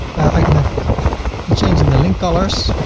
i can have a change in the link colors,